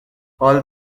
all